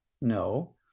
No